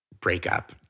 breakup